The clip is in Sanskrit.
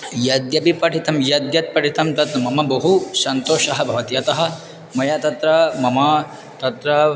यद्यपि पठितं यद्यत् पठितं तत् मम बहु सन्तोषं भवति यतः मया तत्र मम तत्र